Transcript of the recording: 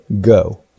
go